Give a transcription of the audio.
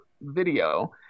video